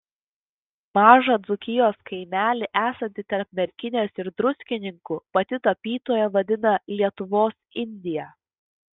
mažą dzūkijos kaimelį esantį tarp merkinės ir druskininkų pati tapytoja vadina lietuvos indija